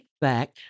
back